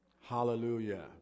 Hallelujah